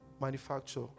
Manufacture